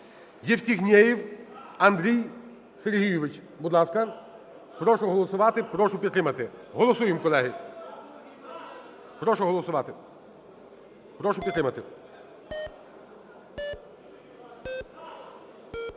Євстігнєєв Андрій Сергійович. Будь ласка. Прошу голосувати, прошу підтримати. Голосуємо, колеги. Прошу голосувати, прошу підтримати.